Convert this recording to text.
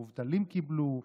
המובטלים קיבלו,